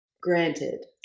Granted